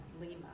Lima